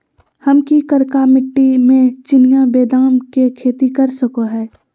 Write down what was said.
हम की करका मिट्टी में चिनिया बेदाम के खेती कर सको है?